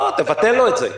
לא, תבטל לו את זה.